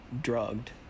drugged